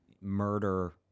murder